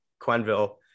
Quenville